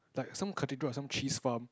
like some cathedral or some cheese farm